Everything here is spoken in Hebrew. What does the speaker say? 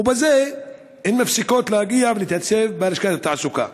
ובזה הן מפסיקות להגיע ולהתייצב בלשכת התעסוקה.